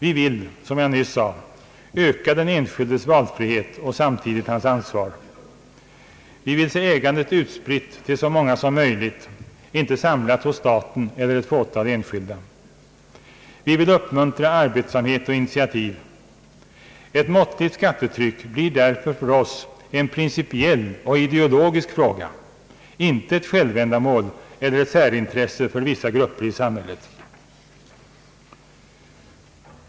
Vi vill, som jag nyss sade, öka den enskildes valfrihet och samtidigt hans ansvar. Vi vill se ägandet utspritt till så många som möjligt — inte samlat hos staten eller ett fåtal enskilda. Vi vill uppmuntra arbetsamhet och initiativ. Ett måttligt skattetryck blir därför för oss en principiell och ideologisk fråga, inte ett självändamål eller ett särintresse för vissa grupper i samhället.